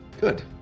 Good